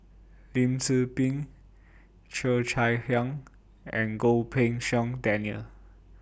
Lim Tze Peng Cheo Chai Hiang and Goh Pei Siong Daniel